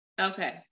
Okay